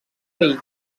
pell